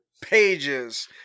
pages